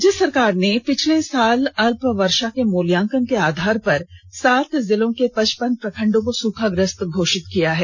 राज्य सरकार ने पिछले साल अल्पवर्षा के मूल्यांकन के आधार पर सात जिलों के पचपन प्रखंडो को सूखाग्रस्त घोषित किया है